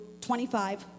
25